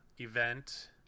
event